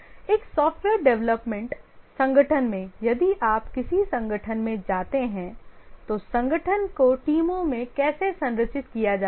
एक software development संगठन में यदि आप किसी संगठन में जाते हैं तो संगठन को टीमों में कैसे संरचित किया जाता है